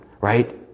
right